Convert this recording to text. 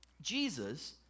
Jesus